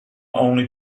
only